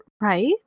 right